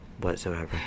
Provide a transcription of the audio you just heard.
whatsoever